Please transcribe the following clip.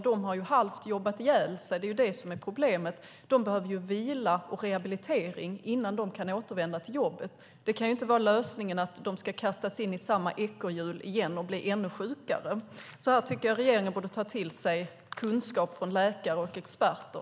Problemet är att de har ju halvt jobbat ihjäl sig. De behöver vila och rehabilitering innan de kan återvända till jobbet. Det kan inte vara lösningen att de ska kastas in i samma ekorrhjul igen och bli ännu sjukare. Här tycker jag att regeringen borde ta till sig kunskap från läkare och experter.